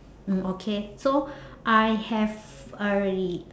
mm okay so I have already